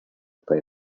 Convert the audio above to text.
play